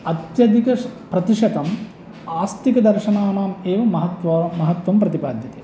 अत्यधिकप्रतिशतम् आस्तिकदर्शनानाम् एव महत् महत्त्वं प्रतिपाद्यते